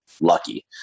lucky